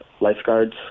lifeguards